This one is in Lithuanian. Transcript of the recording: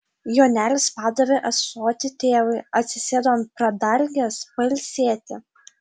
jonelis padavė ąsotį tėvui atsisėdo ant pradalgės pailsėti